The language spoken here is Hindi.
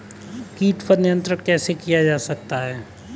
कीट पर नियंत्रण कैसे किया जा सकता है?